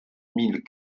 mille